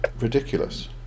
ridiculous